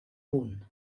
bun